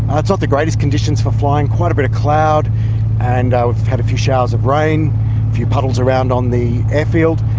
ah it's not the greatest conditions for flying, quite a bit of cloud and we've had a few showers of rain, a few puddles around on the airfield,